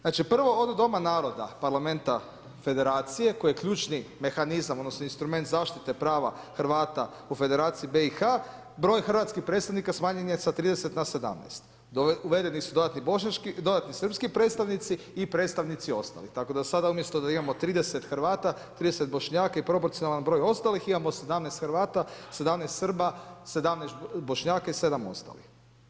Znači prvo od Doma naroda, Parlamenta Federacije koje je ključni mehanizam, odnosno instrument zaštite prava Hrvata u Federaciji BiH, broj hrvatskih predstavnika smanjen je sa 30 na 17, uvedeni su dodatni srpski predstavnici i predstavnici ostali, tako da sada umjesto da imamo 30 Hrvata, 30 Bošnjaka i proporcionalan broj ostalih imamo 17 Hrvata, 17 Srba, 17 Bošnjaka i 7 ostalih.